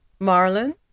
marlon